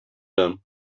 them